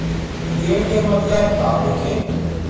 ऋण के मतलब का होथे?